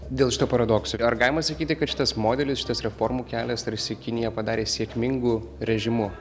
dėl šito paradokso ar galima sakyti kad šitas modelis šitas reformų kelias tarsi kiniją padarė sėkmingu režimu